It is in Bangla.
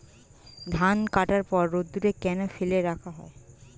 ধান কাটার পর রোদ্দুরে কেন ফেলে রাখা হয়?